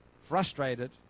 frustrated